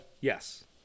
Yes